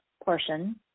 portion